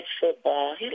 football